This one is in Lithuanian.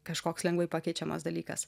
kažkoks lengvai pakeičiamas dalykas